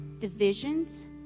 divisions